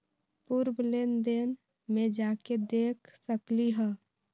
पूर्व लेन देन में जाके देखसकली ह?